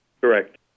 Correct